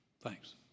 Thanks